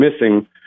missing